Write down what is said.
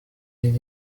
did